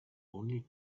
only